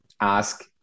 ask